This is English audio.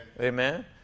Amen